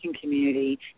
community